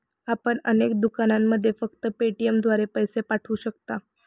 आपण अनेक दुकानांमध्ये फक्त पेटीएमद्वारे पैसे पाठवू शकता